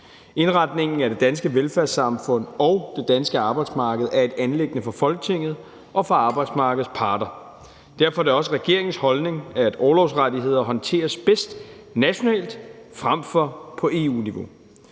Indretningen af det danske velfærdssamfund og det danske arbejdsmarked er et anliggende for Folketinget og for arbejdsmarkedets parter. Derfor er det også regeringens holdning, at orlovsrettigheder håndteres bedst nationalt frem for på EU-niveau.